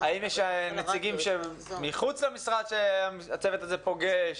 האם יש נציגים שמחוץ למשרד שהצוות הזה פוגש?